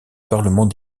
parlement